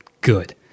good